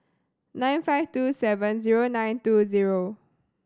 nine five two seven zero nine two zero